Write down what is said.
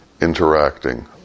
interacting